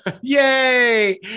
Yay